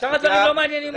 שאר הדברים לא מעניינים אותי.